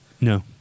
no